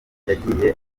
yagiye